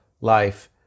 life